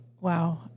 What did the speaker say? Wow